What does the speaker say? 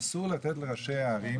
אסור לתת לראשי הערים,